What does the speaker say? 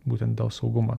būtent dėl saugumo